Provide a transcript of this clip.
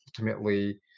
ultimately